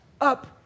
up